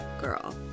girl